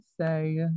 say